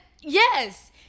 Yes